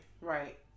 Right